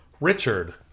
Richard